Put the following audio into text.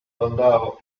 landau